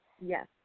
Yes